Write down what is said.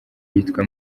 yitwa